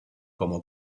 como